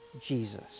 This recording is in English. Jesus